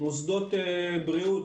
מוסדות בריאות,